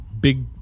big